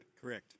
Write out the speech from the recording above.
Correct